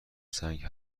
سنگ